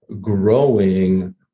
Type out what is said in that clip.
growing